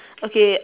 okay